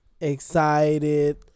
excited